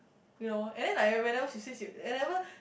you know and then like whenever she say she whenever